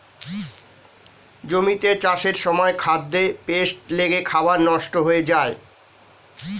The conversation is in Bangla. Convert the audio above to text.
জমিতে চাষের সময় খাদ্যে পেস্ট লেগে খাবার নষ্ট হয়ে যায়